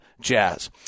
Jazz